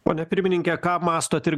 pone pirmininke ką mąstot ir